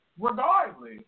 Regardless